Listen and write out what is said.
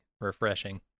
refreshing